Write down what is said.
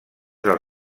del